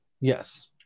Yes